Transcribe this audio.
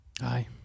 Aye